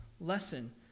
lesson